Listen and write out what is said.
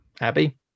Abby